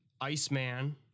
Iceman